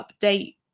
update